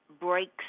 breaks